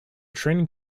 training